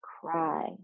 cry